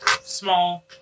small